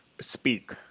speak